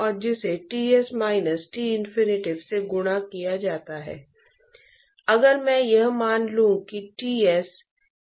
और मैंने पहले उल्लेख किया था कि हीट ट्रांसपोर्ट गुणांक घनत्व चालकता वगैरह जैसी आंतरिक संपत्ति नहीं है